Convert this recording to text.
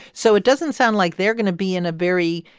so it doesn't sound like they're going to be in a very